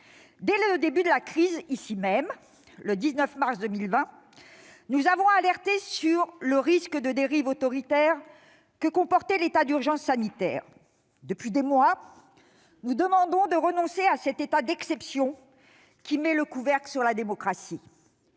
Dès le début de la crise, le 19 mars 2020, nous avons alerté, ici même, au Sénat, sur le risque de dérive autoritaire que comportait l'état d'urgence sanitaire. Depuis des mois, nous demandons de renoncer à cet état d'exception qui met le couvercle sur la démocratie.